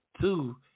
Two